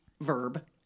verb